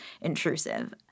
intrusive